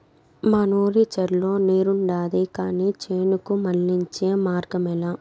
మనూరి చెర్లో నీరుండాది కానీ చేనుకు మళ్ళించే మార్గమేలే